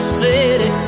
city